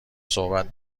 صحبت